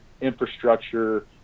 infrastructure